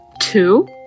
two